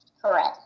Correct